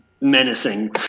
menacing